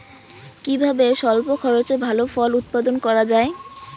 কিভাবে স্বল্প খরচে ভালো ফল উৎপাদন করা যায়?